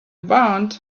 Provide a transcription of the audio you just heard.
bound